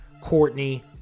Courtney